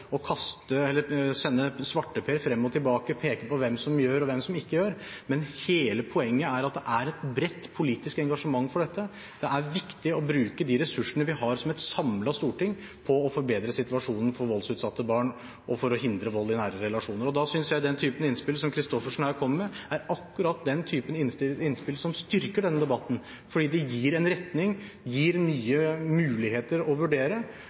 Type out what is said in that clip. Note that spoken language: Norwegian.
å sende svarteper frem og tilbake, peke på hvem som gjør, og hvem som ikke gjør, men hele poenget er at det er et bredt politisk engasjement for dette. Det er viktig å bruke de ressursene vi har som et samlet storting på å forbedre situasjonen for voldsutsatte barn og for å hindre vold i nære relasjoner. Da synes jeg den typen innspill som Christoffersen her kommer med, er akkurat den typen innspill som styrker denne debatten, fordi de gir en retning, gir nye muligheter å vurdere.